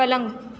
پلنگ